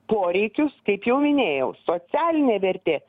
poreikius kaip jau minėjau socialinė vertė